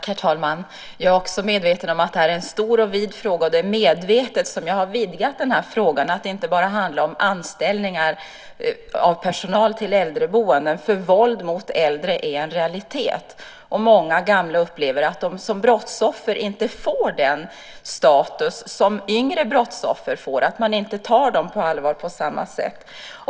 Herr talman! Jag är också medveten om att det här är en stor och vid fråga. Det är medvetet som jag har vidgat den här frågan till att inte bara handla om anställningar av personal till äldreboenden. Våld mot äldre är en realitet. Många gamla upplever att de som brottsoffer inte får den status som yngre brottsoffer får och att man inte tar dem på allvar på samma sätt.